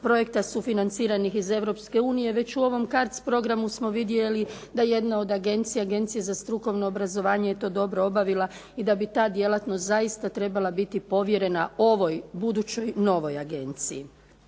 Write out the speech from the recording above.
projekta sufinanciranih iz Europske unije već u ovom CARDS programu smo vidjeli da jedna od Agencije, Agencija za strukovno obrazovanje je to dobro obavila i da bi ta djelatnost zaista trebala biti povjerena ovoj budućoj novoj agenciji.